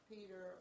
Peter